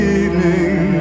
evening